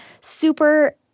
super